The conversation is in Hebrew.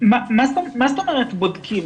מה זאת אומרת בודקים?